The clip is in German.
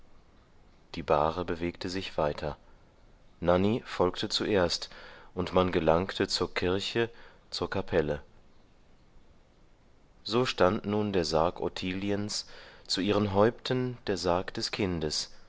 die bahre bewegte sich weiter nanny folgte zuerst und man gelangte zur kirche zur kapelle so stand nun der sarg ottiliens zu ihren häupten der sarg des kindes